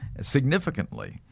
significantly